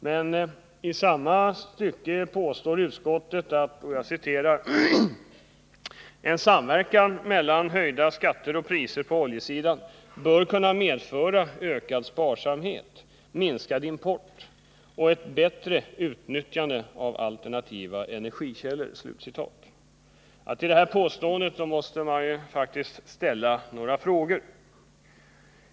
Men i samma stycke påstår utskottet: ”En samverkan mellan höjda skatter och priser på oljesidan bör kunna medföra ökad sparsamhet, minskad import och ett bättre utnyttjande av alternativa energikällor.” Med anledning av detta påstående måste jag faktiskt ställa några frågor.